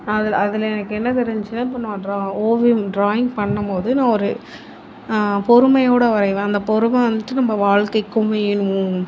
அதில் அதில் எனக்கு என்ன தெரிஞ்சுன்னா இப்போ நான் டிரா ஓவியம் டிராயிங் பண்ணும் போது நான் ஒரு பொறுமையோடு வரைவேன் அந்த பொறுமை வந்துட்டு நம்ம வாழ்க்கைக்கும் வேணும்